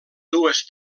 dues